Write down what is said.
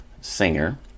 singer